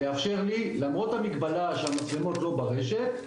שיאפשר לי למרות המגבלה שהמצלמות לא ברשת,